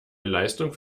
leistung